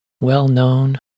well-known